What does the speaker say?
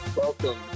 Welcome